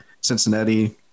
Cincinnati